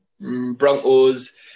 Broncos